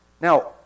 Now